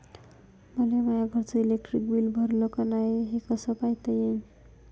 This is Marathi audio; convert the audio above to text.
मले माया घरचं इलेक्ट्रिक बिल भरलं का नाय, हे कस पायता येईन?